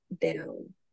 down